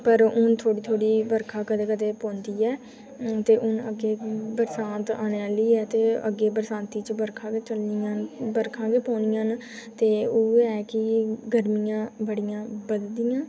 पर हू'न थोह्ड़ी थोह्ड़ी बर्खा कदें कदें पौंदी ऐ हू'न ते हू'न कि बरसांत आने आह्ली ऐ ते अग्गें बरसांती च बर्खां गै पौनियां न ते इ'यै कि गर्मियां बड़ियां बधियां